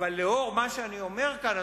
אבל לאור מה שאני אומר כאן,